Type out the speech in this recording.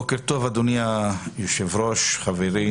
בוקר טוב, אדוני היושב-ראש, חברי